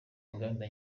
inganda